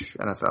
NFL